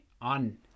on